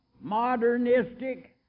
modernistic